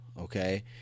okay